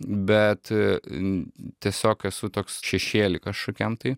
bet tiesiog esu toks šešėly kažkokiam tai